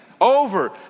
Over